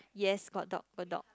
yes got dog got dog